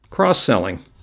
Cross-selling